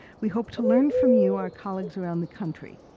we hope to learn from you our colleagues around the country.